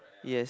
yes